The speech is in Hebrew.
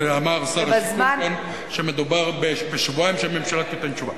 השר אמר שמדובר בשבועיים עד שהממשלה תיתן תשובה.